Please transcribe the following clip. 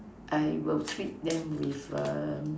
I will treat them with um